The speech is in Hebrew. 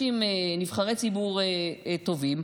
נבחרי ציבור טובים.